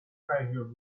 treasure